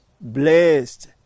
Blessed